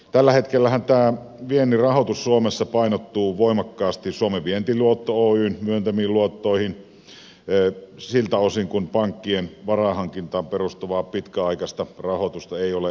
tällä hetkellähän tämä viennin rahoitus suomessa painottuu voimakkaasti suomen vientiluotto oyn myöntämiin luottoihin siltä osin kuin pankkien varainhankintaan perustuvaa pitkäaikaista rahoitusta ei ole saatavilla